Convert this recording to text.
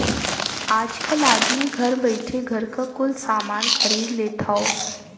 आजकल आदमी घर बइठे घरे क कुल सामान खरीद लेत हौ